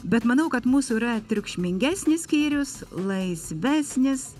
bet manau kad mūsų yra triukšmingesnis skyrius laisvesnis